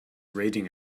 raging